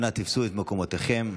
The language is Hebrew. אנא תפסו את מקומותיכם.